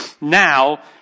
now